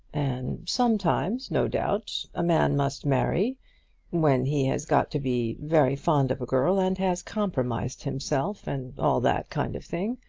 and sometimes, no doubt, a man must marry when he has got to be very fond of a girl, and has compromised himself, and all that kind of thing.